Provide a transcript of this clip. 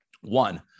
One